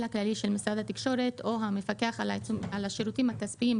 הכללי של משרד התקשורת או המפקח על השירותים הכספיים,